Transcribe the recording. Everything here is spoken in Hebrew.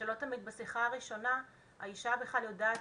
שלא תמיד בשיחה הראשונה האישה בכלל יודעת